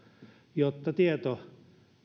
jotta tieto